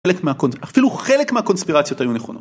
אפילו חלק מהקונספירציות היו נכונות.